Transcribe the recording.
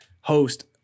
host